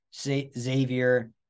Xavier